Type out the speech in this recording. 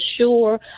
sure